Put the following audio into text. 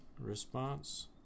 response